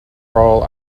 role